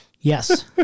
yes